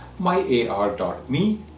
myar.me